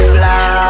fly